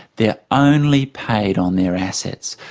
they're only paid on their assets.